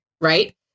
right